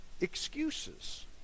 excuses